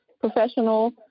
professional